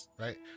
right